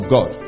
God